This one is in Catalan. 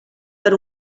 per